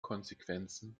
konsequenzen